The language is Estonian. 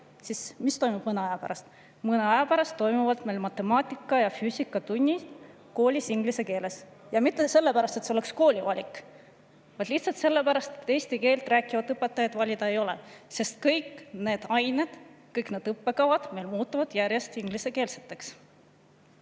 siis mis toimub mõne aja pärast? Mõne aja pärast toimuvad meil matemaatika- ja füüsikatunnid koolis inglise keeles. Ja mitte sellepärast, et see oleks kooli valik, vaid lihtsalt sellepärast, et eesti keelt rääkivat õpetajat valida ei ole, sest kõik need ained, kõik need õppekavad muutuvad järjest ingliskeelseteks.